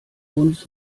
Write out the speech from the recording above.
uns